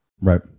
Right